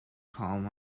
column